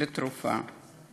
לרכישת תרופה,